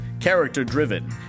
character-driven